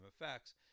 effects